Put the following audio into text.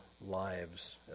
lives